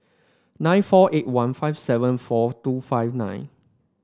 nine four eight one five seven four two five nine